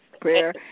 Prayer